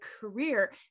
career